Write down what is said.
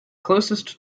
closest